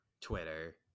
twitter